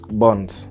bonds